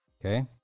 Okay